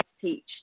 teach